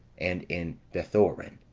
and in bethoron,